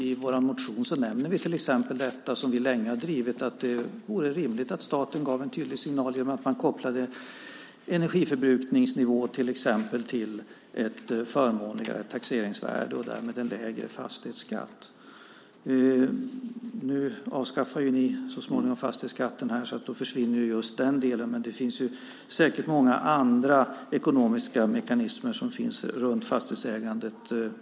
I vår motion nämner vi till exempel något som vi länge har drivit, nämligen att det vore rimligt att staten gav en tydlig signal genom att man kopplade energiförbrukningsnivå till exempel till ett förmånligare taxeringsvärde och därmed en lägre fastighetsskatt. Nu avskaffar ni ju så småningom fastighetsskatten, så då försvinner just den delen. Men det finns säkert många andra ekonomiska mekanismer runt fastighetsägandet.